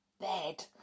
bed